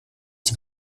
den